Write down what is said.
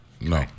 No